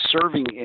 serving